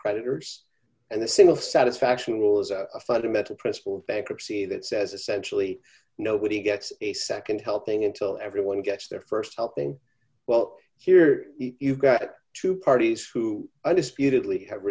creditors and the single satisfaction rule is a fundamental principle of bankruptcy that says essentially nobody gets a nd helping until everyone gets their st helping well here you've got two parties who undisputedly have